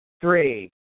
three